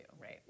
right